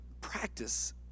practice